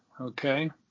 Okay